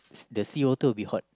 the sea water will be hot